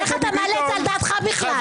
איך אתה מעלה את זה על דעתך בכלל?